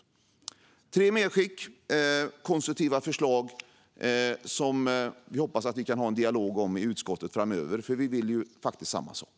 Detta var tre medskick med konstruktiva förslag som jag hoppas att vi framöver kan ha en dialog om i utskottet. Vi vill ju faktiskt samma sak.